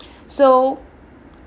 so